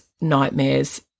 nightmares